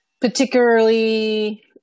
particularly